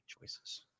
choices